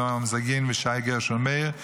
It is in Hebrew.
נועה אומזגין ושי גרשון מאיר,